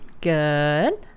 Good